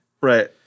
Right